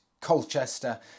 Colchester